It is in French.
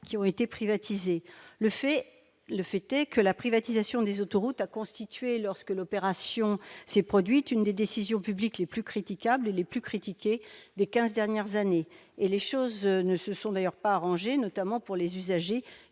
qui ont été privatisées, le fait, le fait est que la privatisation des autoroutes a constitué lorsque l'opération s'est produite une des décisions publiques les plus critiquables les plus critiqués des 15 dernières années, et les choses ne se sont d'ailleurs pas arrangé, notamment pour les usagers